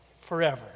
forever